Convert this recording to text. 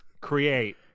Create